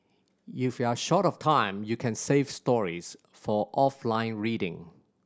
if you are short of time you can save stories for offline reading